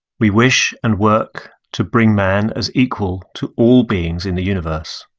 we wish and work to bring man as equal to all beings in the universe.